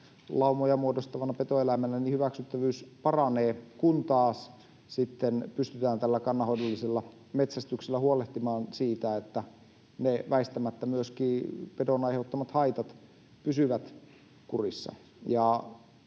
laumoja muodostavana petoeläimenä — paranee, kun taas pystytään tällä kannanhoidollisella metsästyksellä huolehtimaan siitä, että myöskin ne pedon väistämättä aiheuttamat haitat pysyvät kurissa.